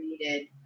needed